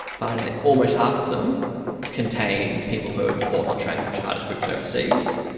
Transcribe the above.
finding that almost half of them contained people who had fought or trend with jihadist groups overseas,